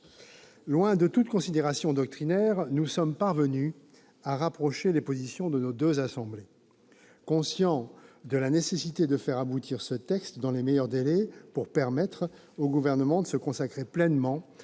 Loin de toute considération doctrinaire, nous sommes parvenus à rapprocher les positions de nos deux assemblées. Conscients de la nécessité de faire aboutir ce texte dans les meilleurs délais pour permettre au Gouvernement de se consacrer pleinement